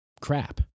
crap